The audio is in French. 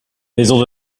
maisons